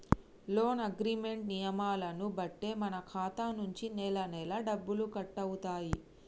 loan agreement నియమాలను బట్టే మన ఖాతా నుంచి నెలనెలా డబ్బులు కట్టవుతాయి